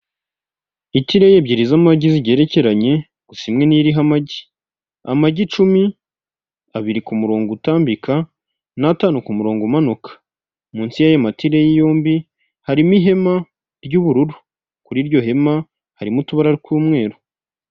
Itireyi ebyiri z'amagi zigerekeranye gusa imwe ni yo iriho amagi, amagi icumi abiri ku murongo utambika n'atanu ku murongo umanuka, munsi y'ayo matireyi yombi harimo ihema ry'ubururu, kuri iryo hema harimo utubara tw'umweru.